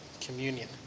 communion